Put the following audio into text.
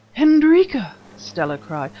hendrika, stella cried,